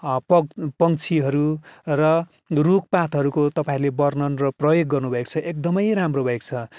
पग पक्षीहरू र रुखपातहरूको तपाईँहरूले वर्णन र प्रयोग गर्नुभएको छ एकदमै राम्रो भएको छ